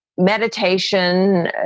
Meditation